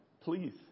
please